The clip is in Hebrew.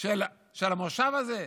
של המושב הזה?